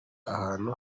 ahantu